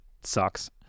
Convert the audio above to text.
sucks